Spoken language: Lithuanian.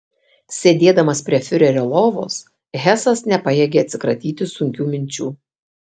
sėdėdamas prie fiurerio lovos hesas nepajėgė atsikratyti sunkių minčių